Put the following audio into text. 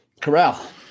Corral